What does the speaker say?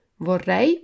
Vorrei